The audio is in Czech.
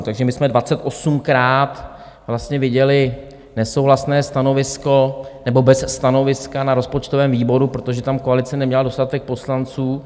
Takže my jsme 28krát vlastně viděli nesouhlasné stanovisko nebo bez stanoviska na rozpočtovém výboru, protože tam koalice neměla dostatek poslanců.